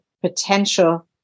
potential